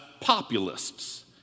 populists